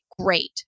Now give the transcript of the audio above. great